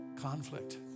Conflict